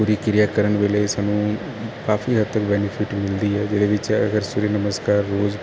ਪੂਰੀ ਕਿਰਿਆ ਕਰਨ ਵੇਲੇ ਸਾਨੂੰ ਕਾਫੀ ਹੱਦ ਤੱਕ ਬੈਨੀਫਿਟ ਮਿਲਦੀ ਹੈ ਜਿਹਦੇ ਵਿੱਚ ਅਗਰ ਸੂਰਿਆ ਨਮਸਕਾਰ ਰੋਜ਼